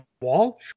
Wall